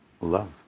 love